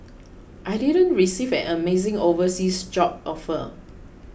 I didn't receive an amazing overseas job offer